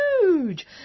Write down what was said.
huge